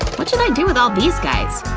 what should i do with all these guys?